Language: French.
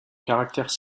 caractères